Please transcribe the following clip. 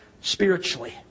spiritually